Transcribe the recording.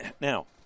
Now